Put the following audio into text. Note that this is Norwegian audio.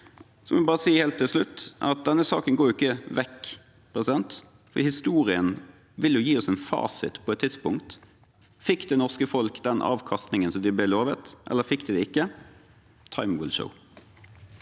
Jeg må bare si helt til slutt at denne saken ikke går vekk, og historien vil gi oss en fasit på et tidspunkt: Fikk det norske folk den avkastningen de ble lovet, eller fikk de det ikke? «Time will show.»